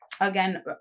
again